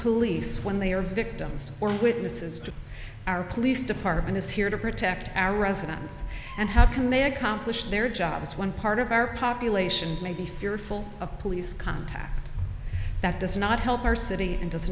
police when they are victims or witnesses to our police department is here to protect our residents and how can they accomplish their jobs when part of our population may be fearful of police contact that does not help our city and does